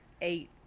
eight